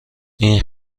این